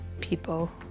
people